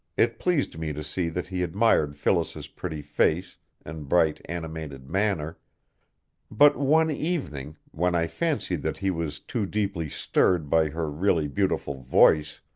it pleased me to see that he admired phyllis's pretty face and bright, animated manner but one evening, when i fancied that he was too deeply stirred by her really beautiful voice,